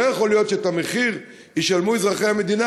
לא יכול להיות שאת המחיר ישלמו אזרחי המדינה